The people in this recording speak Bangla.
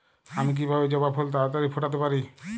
আমি কিভাবে জবা ফুল তাড়াতাড়ি ফোটাতে পারি?